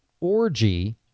orgy